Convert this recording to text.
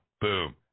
Boom